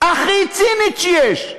הכי צינית שיש.